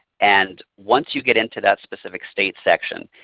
and once you get into that specific state section,